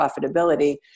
profitability